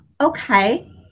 okay